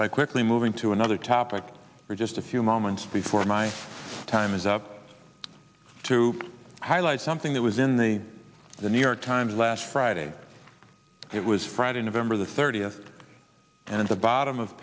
by quickly moving to another topic for just a few moments before my time is up to highlight something that was in the the new york times last friday it was right and of amber the thirtieth and the bottom of